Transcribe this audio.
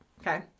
okay